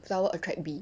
flower attract be